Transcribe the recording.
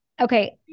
Okay